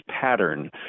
pattern